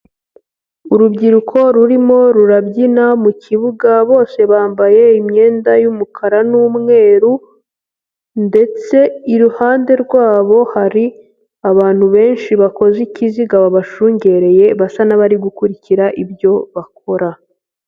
Urubyiruko rurimo rurabyina mukibuga bose bambaye imyenda y'umukara n'umweru ndetse iruhande rw'abo hari abantu benshi bakoze ikiziga babashungereye basa n'abari gukurikira ibyo bakora.